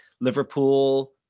Liverpool